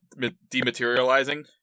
Dematerializing